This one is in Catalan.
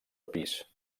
pis